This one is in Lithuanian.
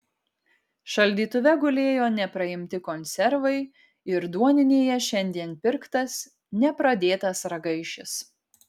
šaldytuve gulėjo nepraimti konservai ir duoninėje šiandien pirktas nepradėtas ragaišis